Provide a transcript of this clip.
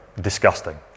Disgusting